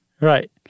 Right